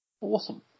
Awesome